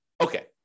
Okay